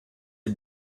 est